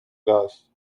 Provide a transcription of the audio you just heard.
glass